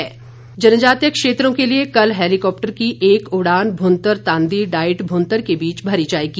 उड़ान जनजातीय क्षेत्रों के लिए कल हेलिकॉप्टर की एक उड़ान भुंतर तांदी डाइट भुंतर के बीच भरी जाएगी